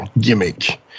gimmick